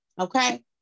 Okay